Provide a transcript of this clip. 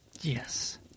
yes